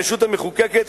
הרשות המחוקקת,